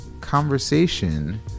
conversation